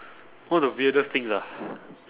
one of the weirdest thing ah